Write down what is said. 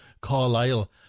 Carlisle